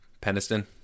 Peniston